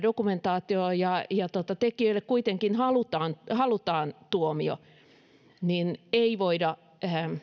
dokumentaation riittävän ja tekijöille kuitenkin halutaan halutaan tuomio ei voida